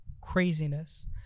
craziness